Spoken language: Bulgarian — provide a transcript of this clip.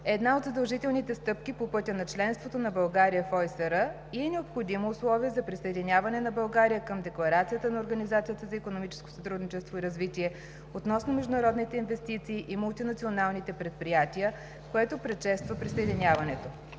една от задължителните стъпки по пътя на членството на България в ОИСР и е необходимо условие за присъединяване на България към Декларацията на Организацията за икономическо сътрудничество и развитие относно международните инвестиции и мултинационалните предприятия, което предшества присъединяването.